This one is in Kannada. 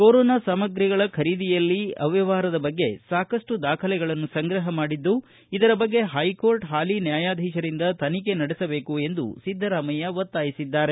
ಕೊರೋನಾ ಸಾಮಗ್ರಿಗಳ ಖರೀದಿಯಲ್ಲಿ ಅವ್ಹವಹಾರದ ಬಗ್ಗೆ ಸಾಕಷ್ಟು ದಾಖಲೆಗಳನ್ನು ಸಂಗ್ರಹ ಮಾಡಿದ್ದು ಇದರ ಬಗ್ಗೆ ಹೈಕೋರ್ಟ್ ಹಾಲಿ ನ್ಯಾಯಾಧೀಶರಿಂದ ತನಿಖೆ ನಡೆಸಬೇಕು ಎಂದು ಒತ್ತಾಯಿಸಿದ್ದಾರೆ